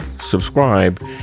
subscribe